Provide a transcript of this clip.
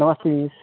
नमस्ते मिस